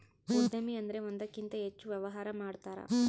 ಉದ್ಯಮಿ ಅಂದ್ರೆ ಒಂದಕ್ಕಿಂತ ಹೆಚ್ಚು ವ್ಯವಹಾರ ಮಾಡ್ತಾರ